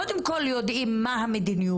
קודם כל יודעים מה המדיניות